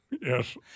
Yes